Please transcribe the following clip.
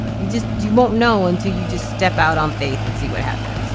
you just you won't know until you just step out on faith and see what happens